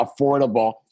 affordable